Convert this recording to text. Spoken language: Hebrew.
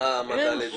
שמנעה העמדה לדין.